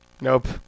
Nope